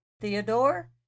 Theodore